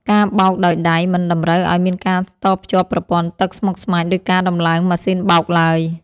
ការបោកដោយដៃមិនតម្រូវឱ្យមានការតភ្ជាប់ប្រព័ន្ធទឹកស្មុគស្មាញដូចការដំឡើងម៉ាស៊ីនបោកឡើយ។